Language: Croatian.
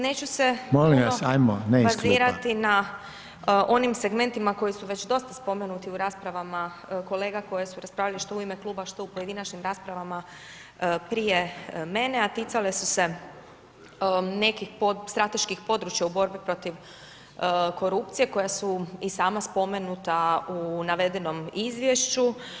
Neću se [[Upadica: Molim vas, hajmo, ne iz klupa.]] puno bazirati na onim segmentima koji su već dosta spomenuti u raspravama kolega koje su raspravljali što u ime kluba, što u pojedinačnim raspravama prije mene, a ticale su se nekih strateških područja u borbi protiv korupcije koja su i sama spomenuta u navedenom izvješću.